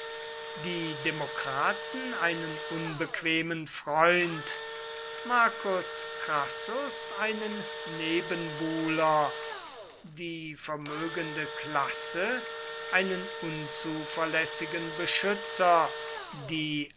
die demokraten einen unbequemen freund marcus crassus einen nebenbuhler die vermögende klasse einen unzuverlässigen beschützer die